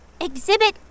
Exhibit